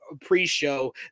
pre-show